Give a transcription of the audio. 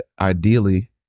ideally